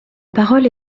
parole